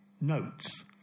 notes